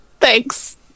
thanks